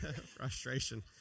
Frustration